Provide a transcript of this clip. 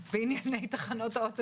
זה מעולה, זה דבר ראשון.